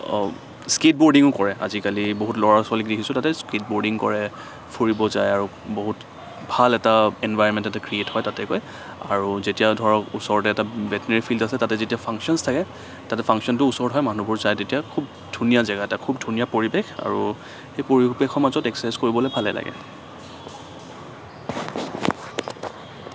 স্কেদ বৰ্ডিঙো কৰে আজিকালি বহুত ল'ৰা ছোৱালীক দেখিছো তাতে স্কেদ বৰ্ডিঙো কৰে ফুৰিব যায় আৰু বহুত ভাল এটা এনভাৰ্মেন্ট এটা ক্ৰিয়েট হয় তাতে গৈ আৰু যেতিয়া ধৰক ওচৰতে এটা ভেটেনেৰি ফিল্ড আছে তাতে যেতিয়া ফাংচনছ থাকে তাতে ফাংচনতো ওচৰত হয় মানুহবোৰ যায় তেতিয়া খুব ধুনীয়া জেগা এটা খুব ধুনীয়া পৰিৱেশ আৰু সেই পৰিৱেশৰ মাজত এক্সেছাইজ কৰিবলে ভালে লাগে